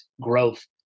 growth